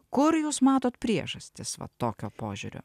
kur jūs matot priežastis vat tokio požiūrio